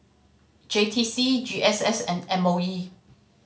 J T C G S S and M O E